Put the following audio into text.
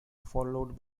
followed